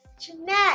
Jeanette